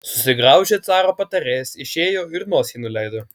susigraužė caro patarėjas išėjo ir nosį nuleido